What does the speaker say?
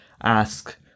ask